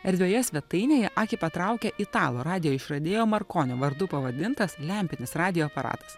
erdvioje svetainėje akį patraukia italų radijo išradėjo markonio vardu pavadintas lempinis radijo aparatas